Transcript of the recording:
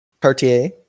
Cartier